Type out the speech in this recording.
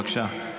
בבקשה.